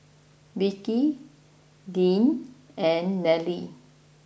Vicy Deane and Nallely